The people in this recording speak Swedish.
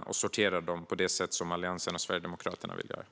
och sortera eleverna på det sätt som Alliansen och Sverigedemokraterna vill göra.